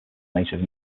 native